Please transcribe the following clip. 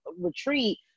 retreat